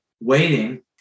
waiting